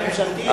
ממשלתית.